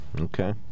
okay